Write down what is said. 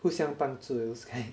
互相帮助 those hias